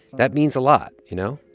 that means a lot, you know?